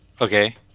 Okay